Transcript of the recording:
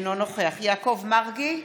אינו נוכח יעקב מרגי,